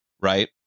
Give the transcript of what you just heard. right